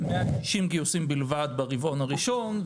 160 גיוסים בלבד ברבעון הראשון,